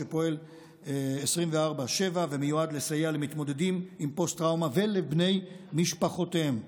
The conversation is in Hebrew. אשר פועל 24/7 ומיועד לסייע למתמודדים עם פוסט-טראומה ולבני משפחותיהם,